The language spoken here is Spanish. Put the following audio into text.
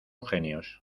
genios